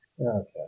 Okay